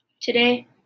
Today